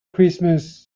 christmas